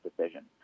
decision